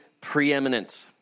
preeminent